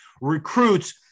Recruits